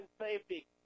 safety